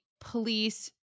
police